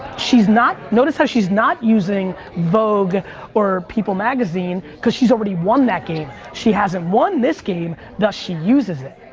she's not, notice how she's not using vogue or people magazine because she's already won that game. she hasn't won this game, thus she uses it.